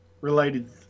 related